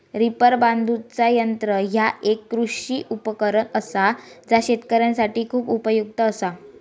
reaper बांधुचा यंत्र ह्या एक कृषी उपकरण असा जा शेतकऱ्यांसाठी खूप उपयुक्त असा